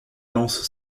lance